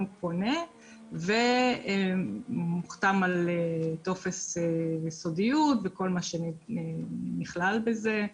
הוא פונה ומוחתם על טופס סודיות וכל מה שנכלל בזה.